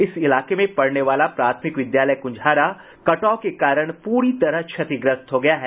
इस इलाके में पड़ने वाला प्राथमिक विद्यालय कूंजहारा कटाव के कारण पूरी तरह क्षतिग्रस्त हो गया है